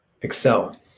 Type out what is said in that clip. Excel